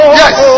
yes